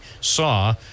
saw